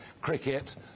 cricket